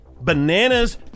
Bananas